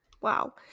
Wow